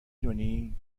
دونی